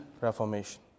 reformation